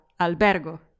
albergo